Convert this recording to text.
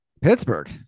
Pittsburgh